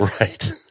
Right